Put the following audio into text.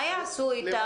מה יעשו איתם?